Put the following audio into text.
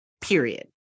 period